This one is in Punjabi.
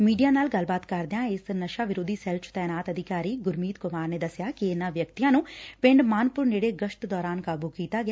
ਮੀਡੀਆ ਨਾਲ ਗੱਲਬਾਤ ਕਰਦਿਆਂ ਇਸ ਨਸ਼ਾ ਵਿਰੋਧੀ ਸੈੱਲ ਚ ਤਾਇਨਾਤ ਅਧਿਕਾਰੀ ਗੁਰਮੀਤ ਕੁਮਾਰ ਨੇ ਦਸਿਆ ਕਿ ਇਨੁਾਂ ਵਿਅਕਤੀਆਂ ਨੂੰ ਪਿੰਡ ਮਾਨਪੁਰ ਨੇੜੇ ਗਸ਼ਤ ਦੌਰਾਨ ਕਾਬੂ ਕੀਤਾ ਗਿਆ